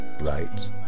right